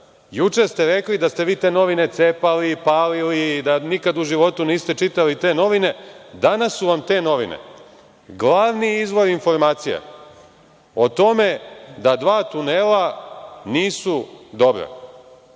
itd. Juče ste rekli da ste vi te novine cepali, palili, da nikada u životu niste čitali te novine. Danas su vam te novine glavni izvor informacija o tome da dva tunela nisu dobra.